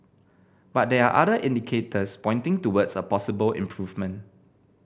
but there are other indicators pointing towards a possible improvement